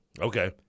Okay